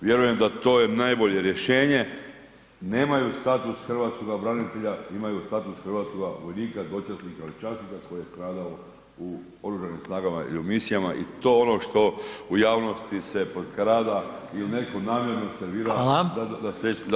Vjerujem da to je najbolje rješenje, nemaju status hrvatskoga branitelja, imaju status hrvatskoga vojnika, dočasnika ili časnika koji je stradao u Oružanim snagama i u misijama i to je ono što u javnosti se potkrada ili netko namjerno servira da